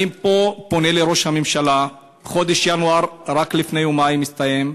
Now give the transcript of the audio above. אני פה פונה לראש הממשלה: חודש ינואר רק לפני יומיים הסתיים.